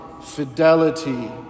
fidelity